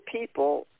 people